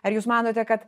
ar jūs manote kad